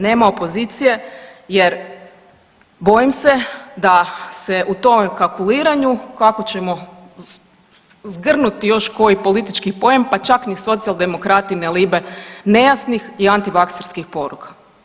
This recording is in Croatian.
Nema opozicije jer bojim se da se u tom kalkuliranju kako ćemo zgrnuti još koji politički poen pa čak niti socijaldemokrati ne libe nejasnih i antivakserskih poruka.